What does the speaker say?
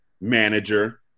manager